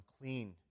unclean